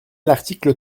l’article